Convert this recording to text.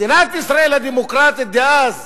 מדינת ישראל הדמוקרטית דאז